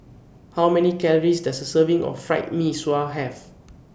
How Many Calories Does A Serving of Fried Mee Sua Have